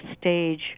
stage